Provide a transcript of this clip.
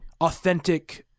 authentic